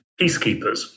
peacekeepers